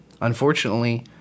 unfortunately